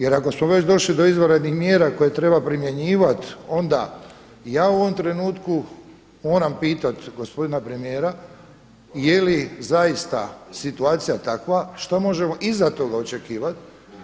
Jer ako smo već došli do izvanrednih mjera koje treba primjenjivati onda ja u ovom trenutku moram pitati gospodina premijera, je li zaista situacija takva, što možemo iza toga očekivat?